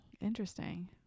interesting